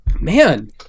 Man